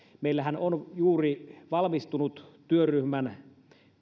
meillähän on juuri valmistunut työryhmän